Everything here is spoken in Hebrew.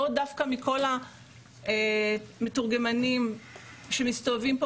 לא דווקא מכל המתורגמנים שמסתובבים פה